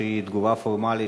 שהיא תגובה פורמלית,